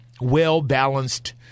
well-balanced